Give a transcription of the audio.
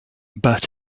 but